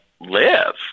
live